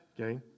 okay